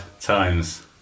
times